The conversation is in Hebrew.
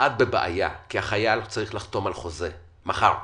כי החייל צריך לחתום על חוזה מחר.